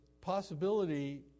possibility